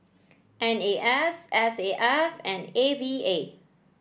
N A S S A F and A V A